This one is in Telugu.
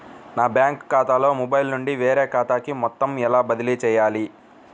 నా బ్యాంక్ ఖాతాలో మొబైల్ నుండి వేరే ఖాతాకి మొత్తం ఎలా బదిలీ చేయాలి?